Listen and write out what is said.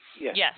Yes